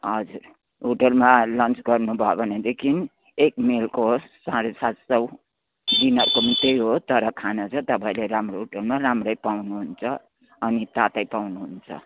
हजुर होटेलमा लन्च गर्नु भयो भनेदेखि एक मिलको साढे सात सौ डिनरको पनि त्यही हो तर खाना चाहिँ तपाईँले राम्रो होटेलमा राम्रै पाउनु हुन्छ अनि तातै पाउनु हुन्छ